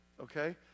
Okay